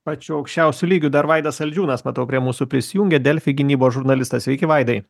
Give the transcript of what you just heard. pačiu aukščiausiu lygiu dar vaidas saldžiūnas matau prie mūsų prisijungė delfi gynybos žurnalistas sveiki vaidai